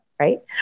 right